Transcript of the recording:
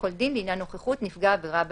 כל דין לעניין נוכחות נפגע עבירה בדיון,